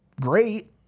great